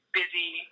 busy